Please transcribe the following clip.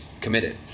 committed